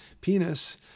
penis